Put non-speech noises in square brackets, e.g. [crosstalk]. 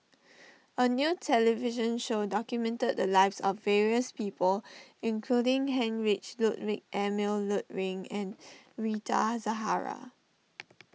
a new television show documented the lives of various people including Heinrich Ludwig Emil Luering and Rita Zahara [noise]